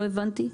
לא הבנתי.